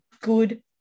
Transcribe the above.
good